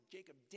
Jacob